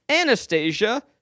Anastasia